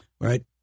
Right